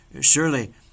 surely